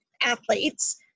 athletes